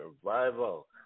survival